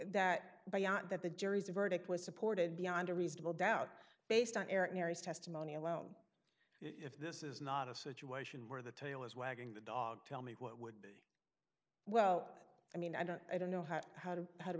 out that the jury's verdict was supported beyond a reasonable doubt based on areas testimony alone if this is not a situation where the tail is wagging the dog tell me what would well i mean i don't i don't know how to how to